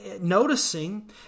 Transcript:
noticing